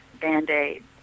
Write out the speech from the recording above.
Band-Aid